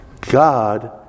God